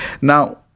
Now